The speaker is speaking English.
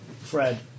Fred